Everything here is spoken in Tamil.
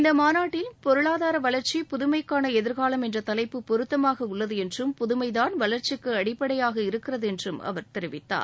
இந்த மாநாட்டின் பொருளாதார வளர்ச்சி புதுமைக்கான எதிர்காலம் என்ற தலைப்பு பொறுத்தமாக உள்ளது என்றும் புதுமைதான் வளர்ச்சிக்கு அடிப்படையாக இருக்கிறது என்று அவர் தெரிவித்தார்